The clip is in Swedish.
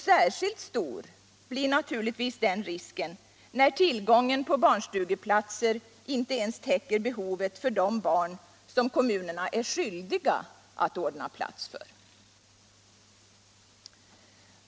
Särskilt stor blir naturligtvis den risken när tillgången på barnstugeplatser inte ens täcker behovet för de barn som kommunerna är skyldiga att ordna plats för.